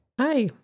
Hi